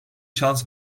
şans